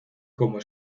como